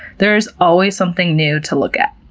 there is always something new to look at.